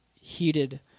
heated